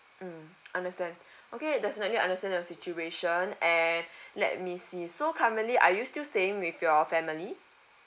mm understand okay definitely understand your situation and let me see so currently are you still staying with your family